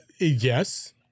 yes